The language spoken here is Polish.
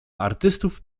artystów